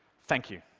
thank you.